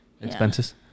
expenses